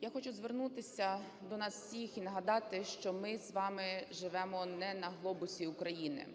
Я хочу звернутися до нас всіх і нагадати, що ми з вами живемо не на глобусі України.